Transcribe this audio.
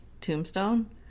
tombstone